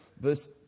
verse